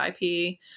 IP